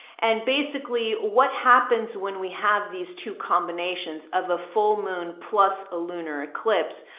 and basically what happens when we have these two combinations of a full moon plus a lunar eclipse.